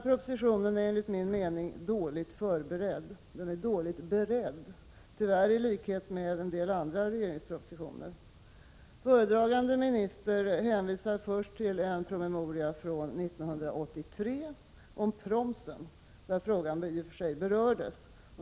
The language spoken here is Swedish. Propositionen är enligt min mening dåligt beredd, tyvärr i likhet med en del andra regeringspropositioner. Föredragande minister hänvisar först till en promemoria från 1983 om promsen, där frågan i och för sig berördes.